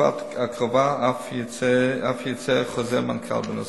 ובתקופה הקרובה אף יצא חוזר מנכ"ל בנושא.